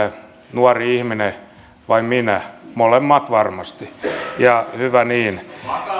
nuori ihminen vai minä molemmat varmasti hyvä niin